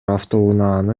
автоунааны